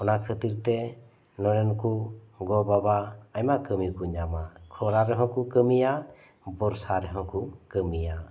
ᱚᱱᱟ ᱠᱷᱟᱹᱛᱤᱨ ᱛᱮ ᱱᱚᱰᱮᱱ ᱨᱮᱱ ᱜᱚ ᱵᱟᱵᱟ ᱟᱭᱢᱟ ᱠᱟᱹᱢᱤ ᱠᱚ ᱧᱟᱢᱟ ᱠᱷᱚᱨᱟ ᱨᱮᱦᱚᱸ ᱠᱩ ᱠᱟᱹᱢᱤᱭᱟ ᱵᱚᱨᱥᱟ ᱨᱮᱦᱚᱸ ᱠᱩ ᱠᱟᱹᱢᱤᱭᱟ